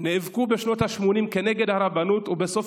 נאבקו בשנות השמונים נגד הרבנות ובסוף ניצחו,